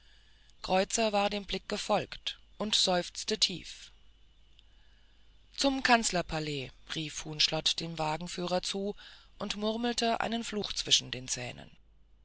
kreuther war dem blick gefolgt und seufzte tief zum kanzlerpalais rief huhnschlott dem wagenführer zu und murmelte einen fluch zwischen den zähnen